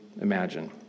imagine